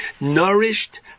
nourished